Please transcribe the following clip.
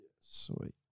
sweet